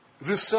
research